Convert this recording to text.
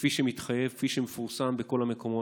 כפי שמתחייב, כפי שמפורסם בכל המקומות.